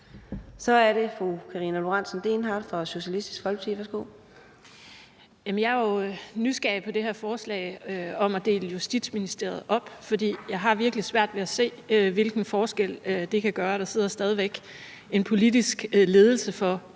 Kl. 15:15 Karina Lorentzen Dehnhardt (SF): Jeg er jo nysgerrig på det her forslag om at dele Justitsministeriet op, for jeg har virkelig svært ved at se, hvilken forskel det kan gøre. Der sidder stadig væk en politisk ledelse for enden af to nye ministerier.